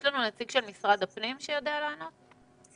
יש לנו נציג של משרד הפנים שיודע לענות לנו?